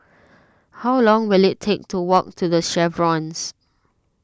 how long will it take to walk to the Chevrons